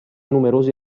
numerosi